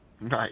Nice